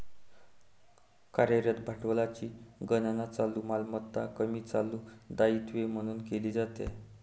कार्यरत भांडवलाची गणना चालू मालमत्ता कमी चालू दायित्वे म्हणून केली जाते